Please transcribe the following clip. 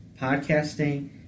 podcasting